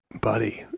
Buddy